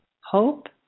hope